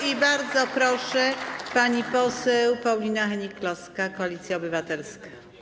I bardzo proszę, pani poseł Paulina Hennig-Kloska, Koalicja Obywatelska.